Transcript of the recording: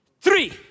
Three